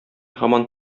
һаман